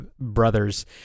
brothers